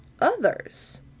others